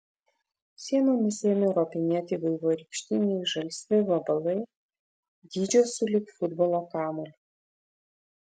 sienomis ėmė ropinėti vaivorykštiniai žalsvi vabalai dydžio sulig futbolo kamuoliu